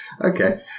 okay